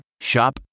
Shop